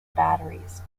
batteries